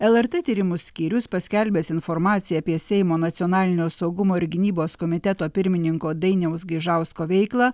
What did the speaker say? lrt tyrimų skyrius paskelbęs informaciją apie seimo nacionalinio saugumo ir gynybos komiteto pirmininko dainiaus gaižausko veiklą